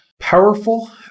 powerful